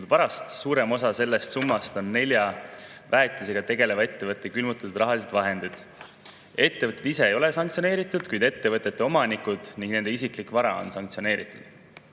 varast. Suurem osa sellest summast on nelja väetisega tegeleva ettevõtte külmutatud raha. Ettevõtted ise ei ole sanktsioneeritud, kuid nende omanikud ning nende isiklik vara on sanktsioneeritud.